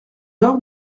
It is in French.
door